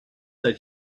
that